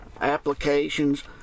applications